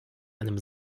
einem